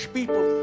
people